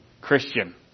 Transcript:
Christian